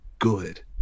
good